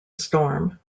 storm